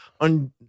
on